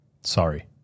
sorry